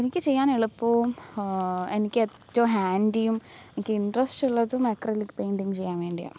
എനിക്ക് ചെയ്യാനെളുപ്പവും എനിക്ക് ഏറ്റവും ഹാൻഡിയും എനിക്ക് ഇൻട്രസ്റ്റ് ഉള്ളതും അക്രിലിക് പെയിന്റിംഗ് ചെയ്യാൻ വേണ്ടിയാണ്